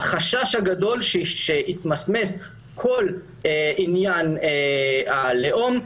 אנחנו חוששים שכל עניין הלאום יתמסמס.